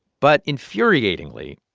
but infuriatingly,